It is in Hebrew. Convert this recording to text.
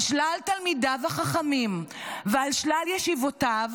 על שלל תלמידיו החכמים ועל שלל ישיבותיו,